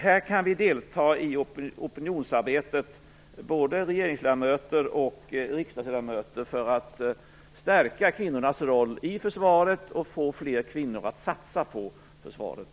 Både regeringsledamöter och riksdagsledamöter kan delta i opinionsarbetet för att stärka kvinnornas roll i försvaret och för att få kvinnor att satsa på försvaret.